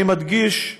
אני מדגיש: